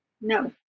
No